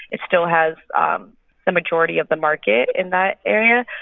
it still has um the majority of the market in that area.